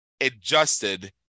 adjusted